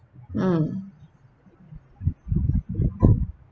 mm